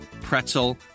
pretzel